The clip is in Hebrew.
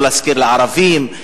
לא להשכיר לערבים,